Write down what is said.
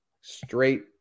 straight